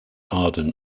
arden